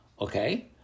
okay